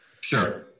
Sure